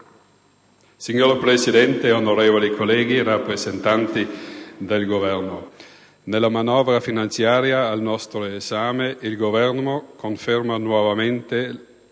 Signor Presidente, onorevoli colleghi, rappresentanti del Governo, nella manovra finanziaria al nostro esame il Governo conferma nuovamente